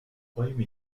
royaume